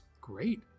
great